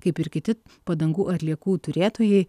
kaip ir kiti padangų atliekų turėtojai